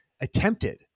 attempted